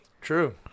True